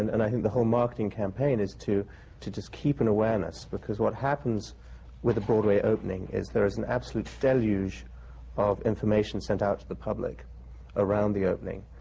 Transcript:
and and i think the whole marketing campaign is to to just keep an awareness. because what happens with a broadway opening is there an absolute deluge of information sent out to the public around the opening,